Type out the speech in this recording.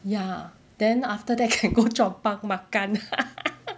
ya then after that can go chong pang makan